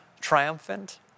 triumphant